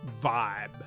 vibe